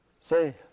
say